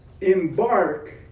embark